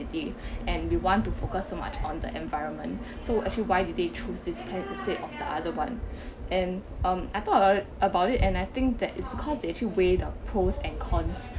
city and we want to focus so much on the environment so actually why did they choose this plan instead of the other one and um I thought a~ about it and I think that it's because they actually weigh the pros and cons